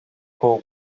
kuhu